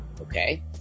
Okay